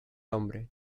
hombre